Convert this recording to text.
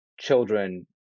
children